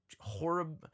horrible